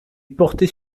portait